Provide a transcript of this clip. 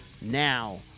now